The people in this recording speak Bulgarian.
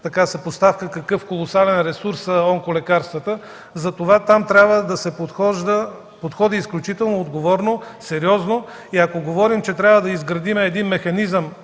съпоставка какъв колосален ресурс са онколекарствата. Там трябва да се подходи изключително отговорно и сериозно, и ако говорим, че трябва да изградим механизъм